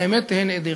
והאמת תהיה נעדרת.